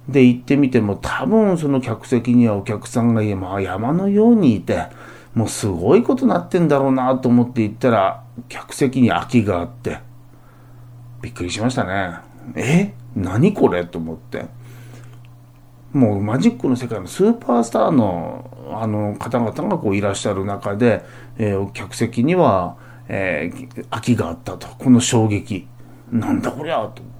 で、行ってみても、多分その客席にはお客さんが山のようにいて、もうすごいことなってんだろうなと思って行ったら、客席に空きがあって。びっくりしましたね。「え？何これ？」と思って。もうマジックの世界のスーパースターの、あの、方々がこういらっしゃる中で、えー、お客席には、えー、き- 空きがあったと。この衝撃。「なんだこりゃ？」と。